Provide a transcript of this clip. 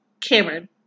Cameron